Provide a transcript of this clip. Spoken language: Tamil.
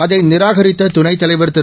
அதைநிராகரித்ததுணைத்தலைவர்திரு